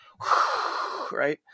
right